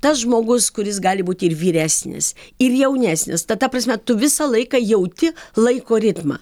tas žmogus kuris gali būti ir vyresnis ir jaunesnis tad ta prasme tu visą laiką jauti laiko ritmą